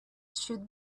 should